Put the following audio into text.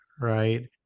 right